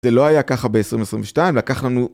זה לא היה ככה ב-2022, לקח לנו...